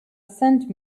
sent